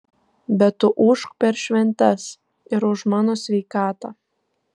bet tu ūžk per šventes ir už mano sveikatą